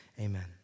amen